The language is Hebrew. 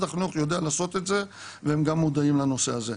החינוך יודע לעשות את זה והם גם מודעים לנושא הזה.